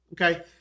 Okay